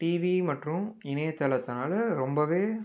TV மற்றும் இணையத்தளத்தினால ரொம்பவே